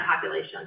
population